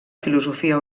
filosofia